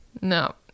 No